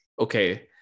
Okay